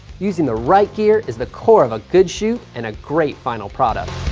using the right gear is the core of a good shoot, and a great final product.